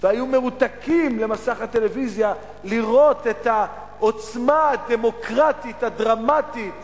והיו מרותקים למסך הטלוויזיה לראות את העוצמה הדמוקרטית הדרמטית